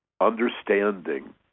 understanding